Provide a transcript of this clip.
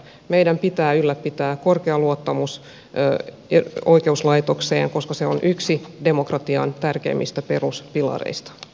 meidän pitää ylläpitää korkeaa luottamusta oikeuslaitokseen koska se on yksi demokratian tärkeimmistä peruspilareista